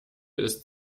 ist